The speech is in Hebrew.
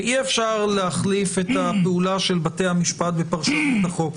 ואי-אפשר להחליף את הפעולה של בתי המשפט בפרשנות החוק.